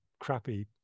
crappy